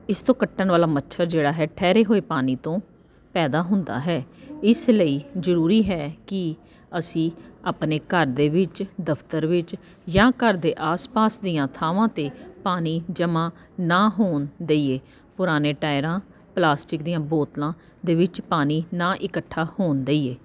ਇਸ ਤੋਂ ਕੱਟਣ ਵਾਲਾ ਮੱਛਰ ਜਿਹੜਾ ਹੈ ਠਹਿਰੇ ਹੋਏ ਪਾਣੀ ਤੋਂ ਪੈਦਾ ਹੁੰਦਾ ਹੈ ਇਸ ਲਈ ਜ਼ਰੂਰੀ ਹੈ ਕਿ ਅਸੀਂ ਆਪਣੇ ਘਰ ਦੇ ਵਿੱਚ ਦਫ਼ਤਰ ਵਿੱਚ ਜਾਂ ਘਰ ਦੇ ਆਸ ਪਾਸ ਦੀਆਂ ਥਾਵਾਂ 'ਤੇ ਪਾਣੀ ਜਮਾਂ ਨਾ ਹੋਣ ਦੇਈਏ ਪੁਰਾਣੇ ਟਾਇਰਾਂ ਪਲਾਸਟਿਕ ਦੀਆਂ ਬੋਤਲਾਂ ਦੇ ਵਿੱਚ ਪਾਣੀ ਨਾ ਇਕੱਠਾ ਹੋਣ ਦੇਈਏ